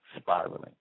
spiraling